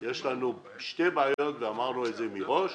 יש לנו שתי בעיות שהצגנו מראש: